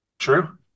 true